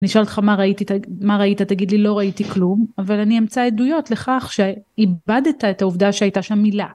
נשאל אותך מה ראית תגיד לי לא ראיתי כלום אבל אני אמצא עדויות לכך שאיבדת את העובדה שהייתה שם מילה